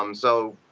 um so,